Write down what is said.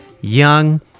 Young